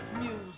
music